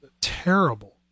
terrible